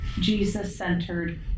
jesus-centered